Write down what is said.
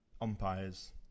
umpires